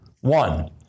One